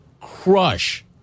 crush